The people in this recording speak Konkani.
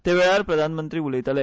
ते वेळार प्रधानमंत्री उलयले